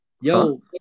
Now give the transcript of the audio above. Yo